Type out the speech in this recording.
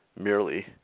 merely